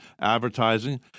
advertising